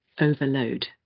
overload